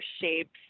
shapes